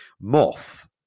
Moth